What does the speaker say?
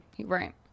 Right